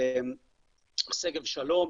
שגב שלום,